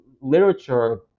literature